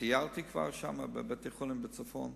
סיירתי שם, בבתי-חולים בצפון,